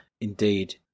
Indeed